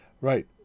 right